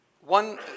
one